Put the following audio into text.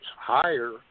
higher